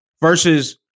versus